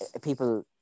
people